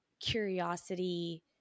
curiosity